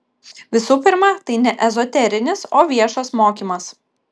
visų pirma tai ne ezoterinis o viešas mokymas